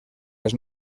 les